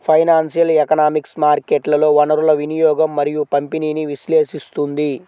financial economics మార్కెట్లలో వనరుల వినియోగం మరియు పంపిణీని విశ్లేషిస్తుంది